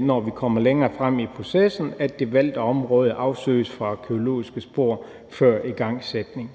når vi kommer længere frem i processen, at det valgte område afsøges for arkæologiske spor før igangsætning.